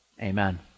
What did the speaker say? Amen